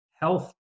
health